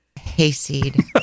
Hayseed